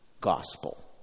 Gospel